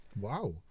Wow